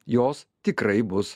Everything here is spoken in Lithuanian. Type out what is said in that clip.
jos tikrai bus